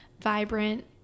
vibrant